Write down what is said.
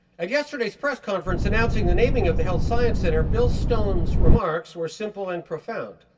at yesterday's press conference announcing the naming of the health science center, bill stone's remarks were simple and profound.